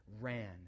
ran